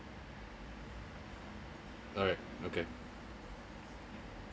alright okay